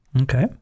Okay